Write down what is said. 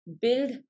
build